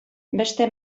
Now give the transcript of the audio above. beste